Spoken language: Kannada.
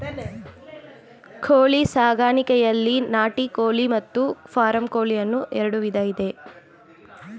ಕೋಳಿ ಸಾಕಾಣಿಕೆಯಲ್ಲಿ ನಾಟಿ ಕೋಳಿ ಮತ್ತು ಫಾರಂ ಕೋಳಿ ಅನ್ನೂ ಎರಡು ವಿಧ ಇದೆ